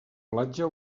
platja